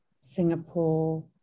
Singapore